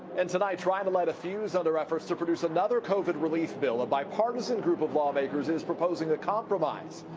and tonight trying to light a fuse under efforts to produce another covid relief bill, a bipartisan group of lawmakers is proposing a compromise.